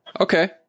Okay